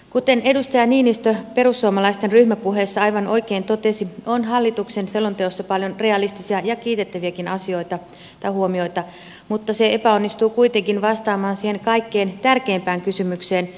kuten edustaja niinistö perussuomalaisten ryhmäpuheessa aivan oikein totesi on hallituksen selonteossa paljon realistisia ja kiitettäviäkin asioita tai huomioita mutta se ei kuitenkaan onnistu vastaamaan siihen kaikkein tärkeimpään kysymykseen